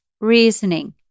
reasoning